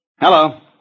Hello